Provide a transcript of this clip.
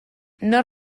nor